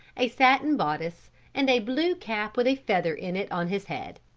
a satin bodice and a blue cap with a feather in it on his head.